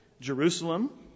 Jerusalem